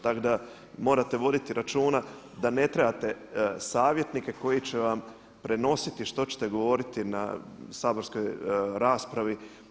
Tako da morate voditi računa da ne trebate savjetnike koji će vam prenositi što ćete govoriti na saborskoj raspravi.